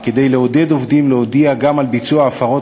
וכדי לעודד עובדים להודיע גם על ביצוע הפרות